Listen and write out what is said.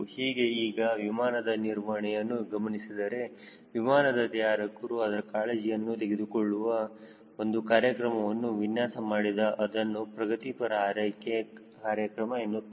ಹೀಗೆ ಈಗ ವಿಮಾನದ ನಿರ್ವಹಣೆಯನ್ನು ಗಮನಿಸಿದರೆ ವಿಮಾನದ ತಯಾರಕರು ಅದರ ಕಾಳಜಿಯನ್ನು ತೆಗೆದುಕೊಳ್ಳಲು ಒಂದು ಕಾರ್ಯಕ್ರಮವನ್ನು ವಿನ್ಯಾಸ ಮಾಡಿದೆ ಅದನ್ನು ಪ್ರಗತಿಪರ ಆರೈಕೆ ಕಾರ್ಯಕ್ರಮ ಎನ್ನುತ್ತಾರೆ